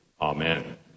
Amen